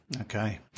Okay